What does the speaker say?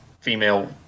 female